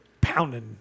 pounding